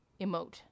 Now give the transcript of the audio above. emote